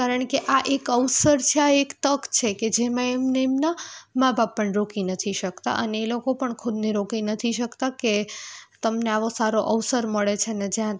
કારણ કે આ એક અવસર છે આ એક તક છે કે જેમાં એમને એમના મા બાપ પણ રોકી નથી શકતા અને એ લોકો પણ ખુદને રોકી નથી શકતા કે તમને આવો સારો અવસર મળે છે ને જ્યાં